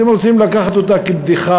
אתם רוצים לקחת אותה כבדיחה,